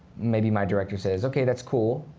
maybe my director says, ok, that's cool,